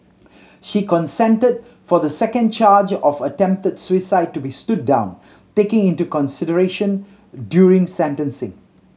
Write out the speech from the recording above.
she consented for the second charge of attempted suicide to be stood down taken into consideration during sentencing